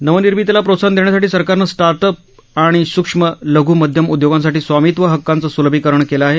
नवनिर्मितीला प्रोत्साहन देण्यासाठी सरकारनं र्स्टाटअप्स आणि सूक्ष्म लघ् मध्यम उद्योंगासाठी स्वामितव हक्कांचं स्लभीकरण केलं आहे